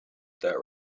that